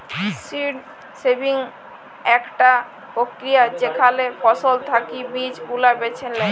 seed saving আকটা প্রক্রিয়া যেখালে ফসল থাকি বীজ গুলা বেছে লেয়